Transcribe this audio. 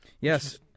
Yes